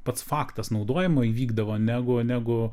pats faktas naudojimo įvykdavo negu negu